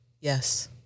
Yes